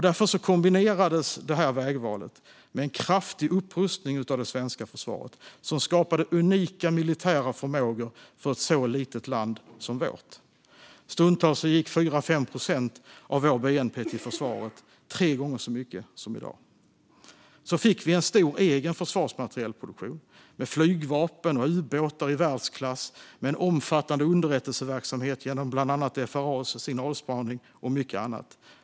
Därför kombinerades detta vägval med en kraftig upprustning av det svenska försvaret, som skapade unika militära förmågor för ett så litet land som vårt. Stundtals gick 4-5 procent av vår bnp till försvaret. Det är tre gånger så mycket som i dag. Så fick vi en stor egen försvarsmaterielproduktion, med flygvapen och ubåtar i världsklass, med en omfattande underrättelseverksamhet genom bland annat FRA:s signalspaning och med mycket annat.